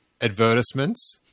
advertisements